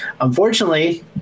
unfortunately